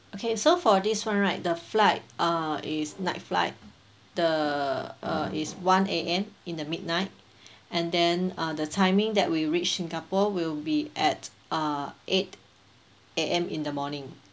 okay so for this [one] right the flight uh is night flight the uh is one A_M in the midnight and then uh the timing that we reach singapore will be at uh eight A_M in the morning